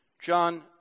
John